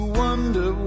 wonder